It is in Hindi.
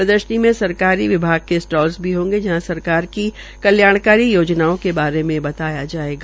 प्रदर्शनी में सरकारी विभाग के स्टाल भी होंगे जहां सरकार की कल्याणकारी योजनाओं के बारे बताया जायेगा